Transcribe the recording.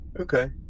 Okay